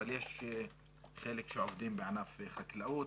אבל יש חלק שעובדים בענף החקלאות,